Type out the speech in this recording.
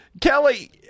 Kelly